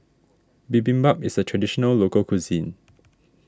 Bibimbap is a Traditional Local Cuisine